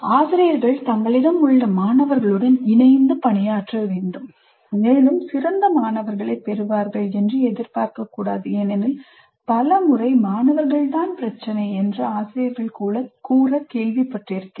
ஆசிரியர்கள் தங்களிடம் உள்ள மாணவர்களுடன் இணைந்து பணியாற்ற வேண்டும் மேலும் சிறந்த மாணவர்களைப் பெற எதிர்பார்க்க கூடாது ஏனெனில் பல முறை மாணவர்கள் தான் பிரச்சனை என ஆசிரியர்கள் கூற கேள்விப்பட்டிருக்கிறோம்